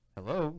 Hello